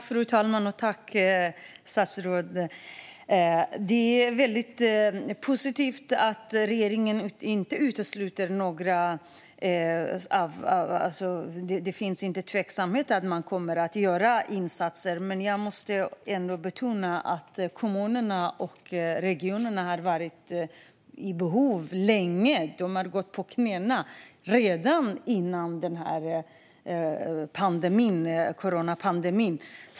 Fru talman! Det är väldigt positivt att regeringen inte utesluter något, det vill säga att det inte finns någon tveksamhet gällande om man kommer att göra insatser. Men jag måste ändå betona att kommunerna och regionerna har varit i behov länge; de gick på knäna redan före coronapandemin.